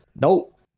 Nope